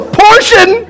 portion